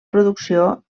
producció